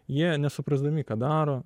jie nesuprasdami ką daro